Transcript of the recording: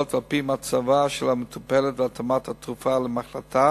על-פי מצבה של המטופלת והתאמת התרופה למחלתה,